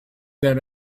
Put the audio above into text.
that